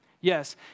Yes